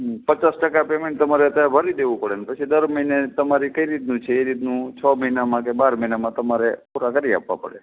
હં પચાસ ટકા પેમેન્ટ તમારે અત્યારે ભરી દેવું પડે પછી દર મહિને તમારે કેવી રીતનું છે એ રીતનું છ મહિનામાં કે બાર મહિનામાં તમારે પૂરાં કરી આપવા પડે